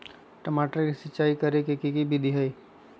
टमाटर में सिचाई करे के की विधि हई?